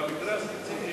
במקרה הספציפי הזה,